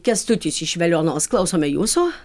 kęstutis iš veliuonos klausome jūsų